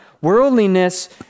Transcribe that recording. Worldliness